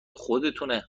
خودتونه